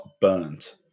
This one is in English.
burnt